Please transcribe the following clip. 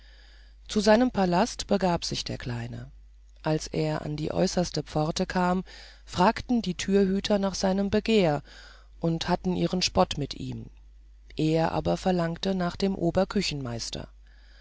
zu seinem palast begab sich der kleine als er an die äußerste pforte kam fragten die türhüter nach seinem begehr und hatten ihren spott mit ihm er aber verlangte nach dem